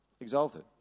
exalted